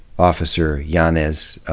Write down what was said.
officer yanez